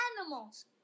Animals